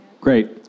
Great